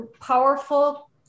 powerful